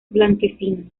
blanquecino